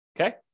Okay